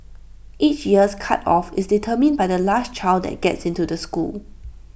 each year's cut off is determined by the last child that gets into the school